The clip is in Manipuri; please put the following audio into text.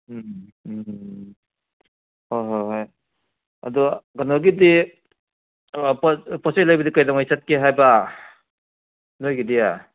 ꯎꯝ ꯎꯝ ꯍꯣꯏ ꯍꯣꯏ ꯍꯣꯏ ꯑꯗꯣ ꯀꯩꯅꯣꯒꯤꯗꯤ ꯑꯥ ꯄꯣꯠ ꯆꯩ ꯂꯩꯕꯗꯤ ꯀꯩꯗꯧꯉꯩ ꯆꯠꯀꯦ ꯍꯥꯏꯕ ꯅꯣꯏꯒꯤꯗꯤ